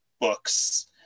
books